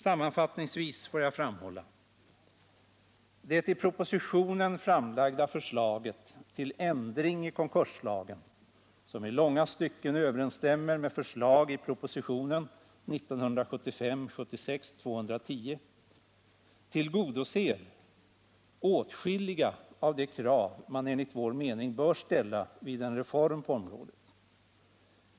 Sammanfattningsvis får jag framhålla följande. Det i propositionen framlagda förslaget till ändring i konkurslagen, som i långa stycken överensstämmer med förslag i proposition 1975/76:210, tillgodoser åtskilliga av de krav man enligt vår mening bör ställa vid en reform på området.